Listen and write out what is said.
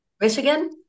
Michigan